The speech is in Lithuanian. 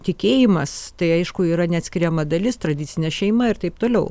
tikėjimas tai aišku yra neatskiriama dalis tradicinė šeima ir taip toliau